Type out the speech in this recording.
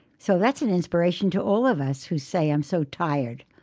so that's an inspiration to all of us who say, i'm so tired.